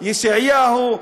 ישעיהו.